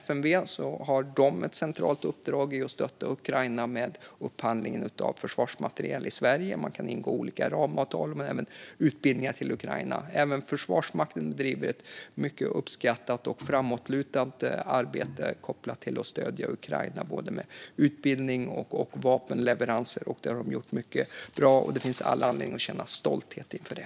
FMV har ett centralt uppdrag i att stötta Ukraina med upphandlingen av försvarsmateriel i Sverige i och med olika ramavtal men även olika utbildningar till Ukraina. Även Försvarsmakten bedriver ett mycket uppskattat och framåtlutat arbete kopplat till att stödja Ukraina med både utbildning och vapenleveranser. Där har de gjort mycket bra, och det finns all anledning att känna stolthet inför det.